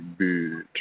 bitch